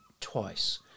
twice